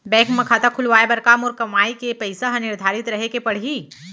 Bank म खाता खुलवाये बर का मोर कमाई के पइसा ह निर्धारित रहे के पड़ही?